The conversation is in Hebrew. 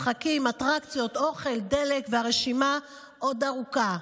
משחקים, אטרקציות, אוכל, דלק, והרשימה עוד ארוכה,